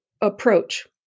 Approach